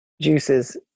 juices